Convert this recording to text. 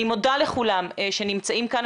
אני מודה לכולם שנמצאים כאן,